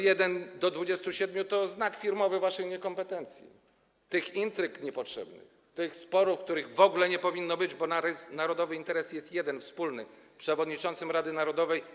1 do 27 to znak firmowy waszej niekompetencji, tych niepotrzebnych intryg, sporów, których w ogóle nie powinno być, bo narodowy interes jest jeden, wspólny, przewodniczącym Rady Narodowej.